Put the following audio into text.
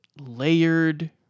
layered